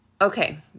Okay